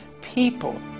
people